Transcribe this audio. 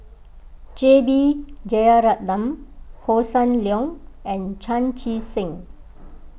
J B Jeyaretnam Hossan Leong and Chan Chee Seng